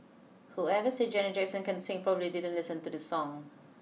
whoever said Janet Jackson can't sing probably didn't listen to this song